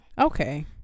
Okay